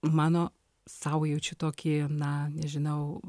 mano sau jaučiu tokį na nežinau